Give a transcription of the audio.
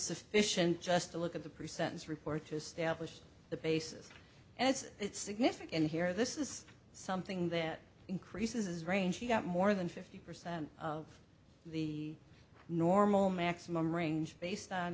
sufficient just to look at the pre sentence report to establish the basis as it's significant here this is something that increases range he got more than fifty percent of the normal maximum range based on